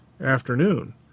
afternoon